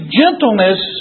gentleness